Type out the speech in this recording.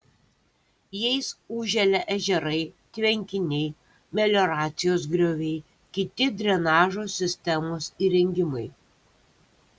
jais užželia ežerai tvenkiniai melioracijos grioviai kiti drenažo sistemos įrengimai